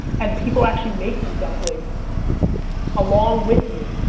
and people are actually making dumplings along with you.